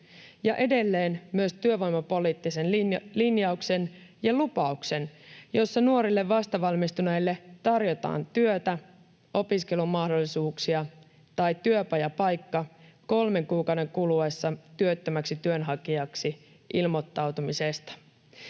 ja edelleen myös työvoimapoliittisen linjauksen ja lupauksen, jossa nuorille vastavalmistuneille tarjotaan työtä, opiskelumahdollisuuksia tai työpajapaikka kolmen kuukauden kuluessa työttömäksi työnhakijaksi ilmoittautumisesta.